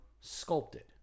sculpted